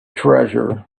treasure